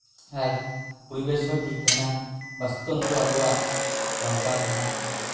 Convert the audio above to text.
ᱟᱨ ᱯᱚᱨᱤᱵᱮᱥ ᱦᱚᱸ ᱴᱷᱤᱠ ᱛᱟᱦᱮᱱᱟ ᱵᱟᱥᱛᱩ ᱛᱚᱱᱛᱨᱚ ᱟᱵᱚᱣᱟᱜ ᱵᱟᱧᱪᱟᱣ ᱛᱟᱦᱮᱱᱟ